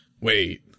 Wait